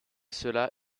cela